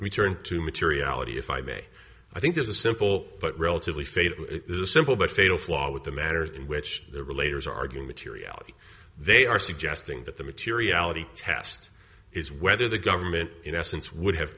let me turn to materiality if i may i think there's a simple but relatively faith there's a simple but fatal flaw with the manner in which they're related arguing materiality they are suggesting that the materiality test is whether the government in essence would have